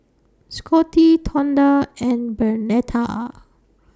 Scottie Tonda and Bernetta